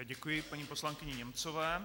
Děkuji paní poslankyni Němcové.